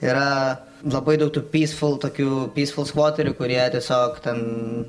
yra labai daug tų pysful tokių pysful skvoterių kurie tiesiog ten